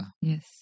Yes